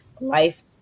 life